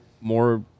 more